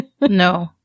no